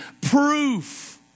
proof